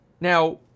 Now